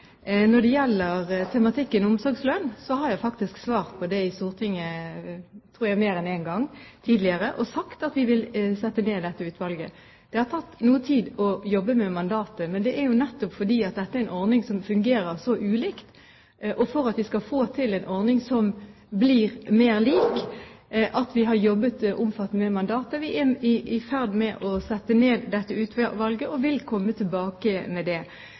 Når det gjelder tematikken omsorgslønn, har jeg faktisk svart på det i Stortinget mer enn en gang tidligere og sagt at vi vil sette ned dette utvalget. Det har tatt noe tid å jobbe med mandatet, men det er nettopp fordi dette er en ordning som fungerer så ulikt. For at vi skal få til en ordning som blir mer lik, har vi jobbet omfattende med mandatet. Vi er i ferd med å sette ned dette utvalget og vil komme tilbake med det.